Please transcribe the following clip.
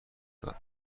داد